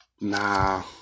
nah